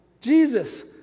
Jesus